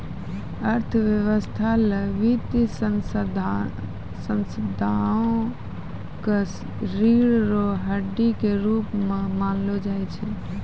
अर्थव्यवस्था ल वित्तीय संस्थाओं क रीढ़ र हड्डी के रूप म मानलो जाय छै